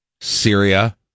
syria